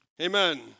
Amen